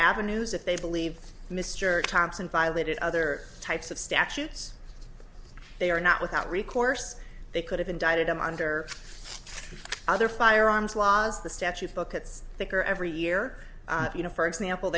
avenues if they believe mr thompson violated other types of statutes they are not without recourse they could have indicted him under other firearms laws the statute book it's bigger every year you know for example